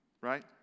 right